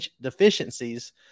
deficiencies